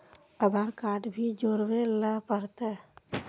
आधार card भी जोरबे ले पड़ते?